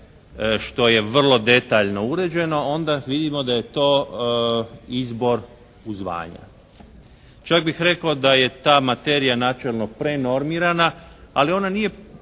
što je vrlo detaljno uređeno onda vidimo da je to izbor u zvanja. Čak bih rekao da je ta materija načelno prenomirana ali ona nije